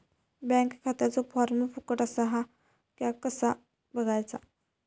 Bank खात्याचो form फुकट असा ह्या कसा बगायचा?